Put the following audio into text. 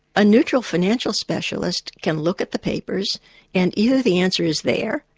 a neutral financial specialist can look at the papers and either the answer is there,